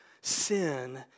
sin